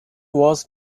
was